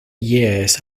years